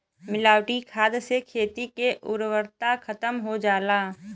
मिलावटी खाद से खेती के उर्वरता खतम हो जाला